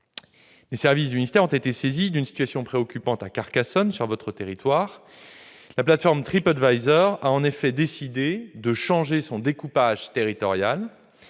les services du ministère ont été saisis d'une situation préoccupante à Carcassonne, sur votre territoire. La plateforme TripAdvisor a en effet décidé de changer son découpage territorial